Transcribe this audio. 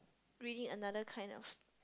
reading another kind of s~